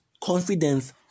confidence